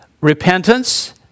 repentance